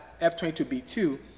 F22B2